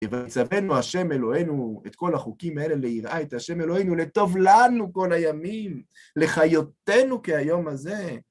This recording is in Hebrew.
כי בצוונו השם אלוהינו, את כל החוקים האלה, ליראה את השם אלוהינו לטוב לנו כל הימים, לחיותינו כהיום הזה.